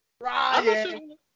Ryan